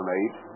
eight